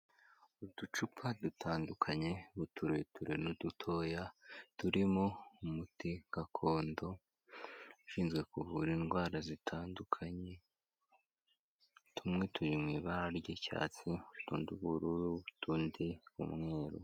Uducupa dutandukanye, utureture n'udutoya, turimo umuti gakondo ushinzwe kuvura indwara zitandukanye, tumwe turi mu ibara ry'icyatsi, utundi ubururu, utundi umweru.